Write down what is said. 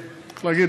איך להגיד,